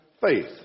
faith